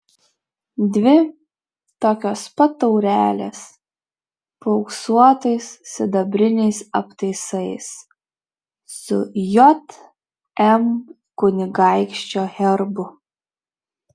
dvi tokios pat taurelės paauksuotais sidabriniais aptaisais su jm kunigaikščio herbu